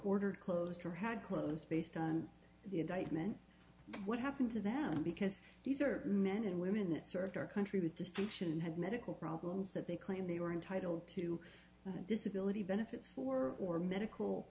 ordered closed for had closed based on the indictment what happened to them because these are men and women that served our country with distinction have medical problems that they claimed they were entitled to disability benefits for or medical